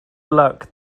luck